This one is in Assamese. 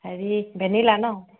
হেৰি ভেনিলা ন'